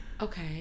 Okay